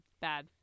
Bad